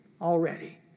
already